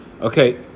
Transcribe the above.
Okay